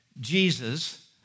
Jesus